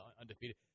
undefeated